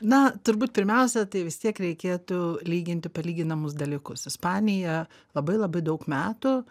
na turbūt pirmiausia tai vis tiek reikėtų lyginti palyginamus dalykus ispanija labai labai daug metų